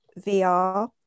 VR